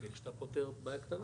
כי שאתה פותר בעיה קטנה,